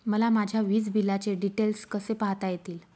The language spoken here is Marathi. मला माझ्या वीजबिलाचे डिटेल्स कसे पाहता येतील?